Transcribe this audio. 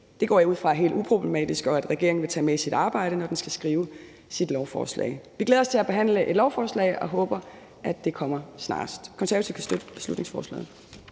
Det går jeg ud fra er helt uproblematisk, og jeg går ud fra, at regeringen vil tage det med i sit arbejde, når den skal skrive sit lovforslag. Vi glæder os til at behandle et lovforslag og håber, at det kommer snarest.